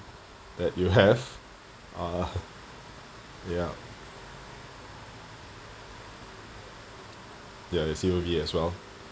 that you have uh ya ya C_O_V as well